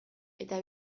eta